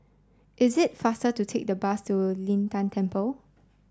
it is faster to take the bus to Lin Tan Temple